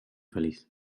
feliz